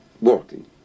working